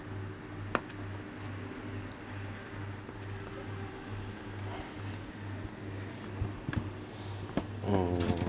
mm